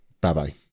bye-bye